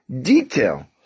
detail